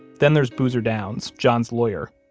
then there's boozer downs, john's lawyer.